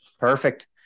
Perfect